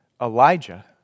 Elijah